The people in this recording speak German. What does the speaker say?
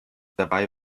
dabei